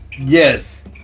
Yes